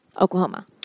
Oklahoma